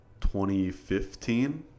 2015